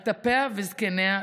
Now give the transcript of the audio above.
על טפיה וזקניה,